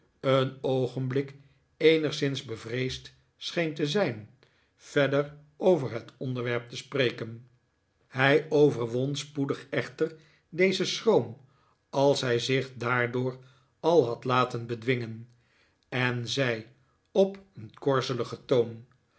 een oogenblik eenigszins bevreesd scheen te zijn verder over het onderwerp te spreken hij overwon spoedig echter dezen schroom als hij zich daardoor al had laten bedwingen en zei op een korzeligen toon